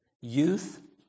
Youth